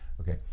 okay